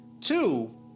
Two